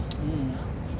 mm